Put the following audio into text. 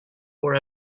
four